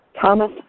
Thomas